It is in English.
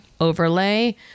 overlay